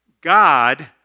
God